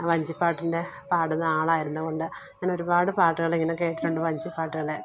വഞ്ചിപ്പാട്ടിൻ്റെ പാടുന്ന ആളായിരുന്നത് കൊണ്ട് ഞാൻ ഒരുപാട് പാട്ടുകൾ ഇങ്ങനെ കേട്ടിട്ടുണ്ട് വഞ്ചിപ്പാട്ടുകള്